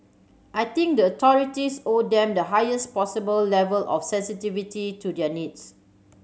I think the authorities owe them the highest possible level of sensitivity to their needs